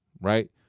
right